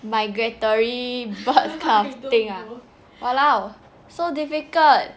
migratory birds kind of thing ah !walao! so difficult